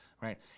right